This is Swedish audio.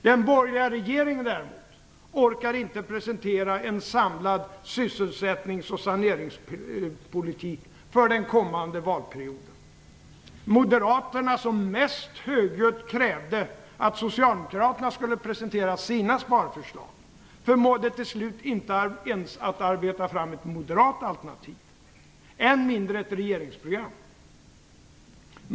Den borgerliga regeringen orkade däremot inte presentera en samlad sysselsättnings och saneringspolitik för den kommande valperioden. Moderaterna, som mest högljutt krävde att Socialdemokraterna skulle presentera sina sparförslag, förmådde till slut inte ens att arbeta fram ett moderat alternativ, än mindre ett regeringsprogram.